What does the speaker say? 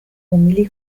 umili